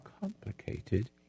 complicated